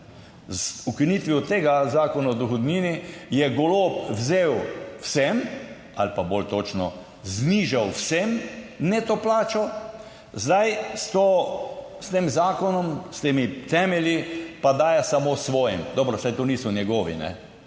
z ukinitvijo tega Zakona o dohodnini, je Golob vzel vsem ali pa bolj točno, znižal vsem neto plačo, zdaj s to, s tem zakonom, s temi temelji pa daje samo svojim. Dobro, saj to niso njegovi, ne,